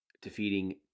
Defeating